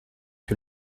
que